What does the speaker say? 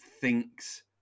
thinks